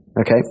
Okay